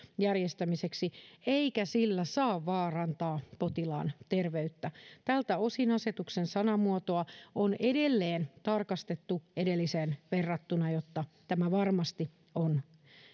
järjestämiseksi eikä sillä saa vaarantaa potilaan terveyttä tältä osin asetuksen sanamuotoa on edelleen tarkastettu edelliseen verrattuna jotta tämä varmasti on